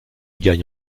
gagne